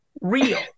real